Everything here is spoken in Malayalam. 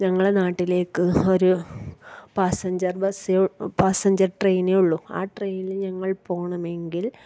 ഞങ്ങളുടെ നാട്ടിലേക്ക് ഒര് പാസ്സഞ്ചർ ബസ്സ് പാസ്സഞ്ചർ ട്രെയിനേ ഉള്ളൂ ആ ട്രെയിന് ഞങ്ങൾ പോകണമെങ്കിൽ